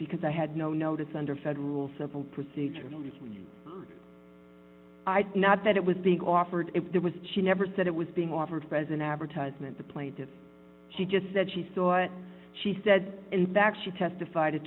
because i had no notice under federal civil procedure not that it was being offered if there was she never said it was being offered present advertizement the play did she just said she thought she said in fact she testified a